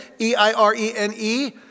E-I-R-E-N-E